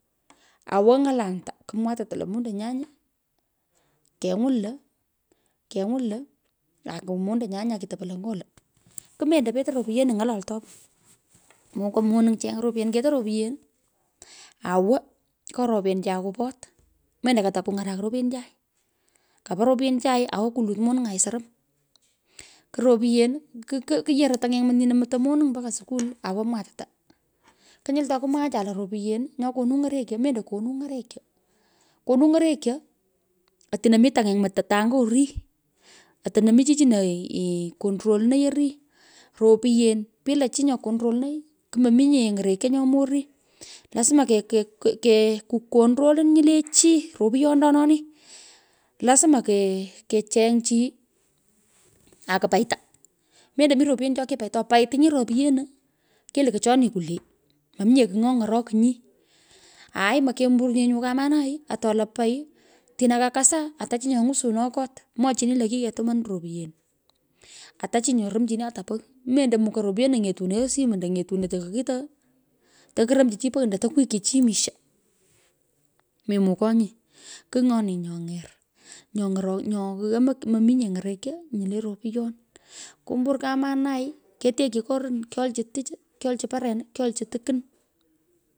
Awo nga’alanta kumwatita lo “mondanyan nyu. keny’won lo aki mondanya nya kitopo lo nyo lo. Kumendoi pete. ropyenu ng’ololtoi. Mukoi monung cheny ropyenu ketee ropyenu. awo nyo ropyeniichi ako pot mendo katakung’arak ropyenichi. Kapa ropyenichi awo kulot monungai sorum. Ku ropyen ku yoroi ptany’enymot nymo mutoi monung mpaka skul awo mwatita. Kinyul to kumwaacha lo ropyen nyo konu ny’orekyo mrndo konu ny’orokyo. Konu ny’orokonyo otino mi ptany’enymat ata nyo orii. Otinu mi chichinoi controlnoi orii. ropyen pilka chi nyo controlnoi lumominye ny’orekyo nyo mo orii. Lazima ke ke ku conrolin nyu le chi ropyondonin. Lazima ke kecheny’chi aku paita mendo mi ropyenu cho kipaita to paitinyi topyenu kilukwo choni kwulee mominye kigh nyo ny’orokinyi. Aaaii mokembor nye nyo kamanai ato lupai otino ko kasa ata chi nyo ngwusuno kot. mwochini lo kikerumanu ropyen. ata chi romchini ata pegh. mendo mukoi ropyenu. ng’etuneo simu ando ng’etuno atu kokito. takuromchi chi pogh ando taku kwighchi chi misho. memukonye. kiigh nyoni nyo any’er. Nyo ng’orok nyo yomoi. mominye ny’orokyo nyu le ropyon. Kumbur kamanai. ketekyo korun. kyolch tich. kyolch paren kyolch tukwun.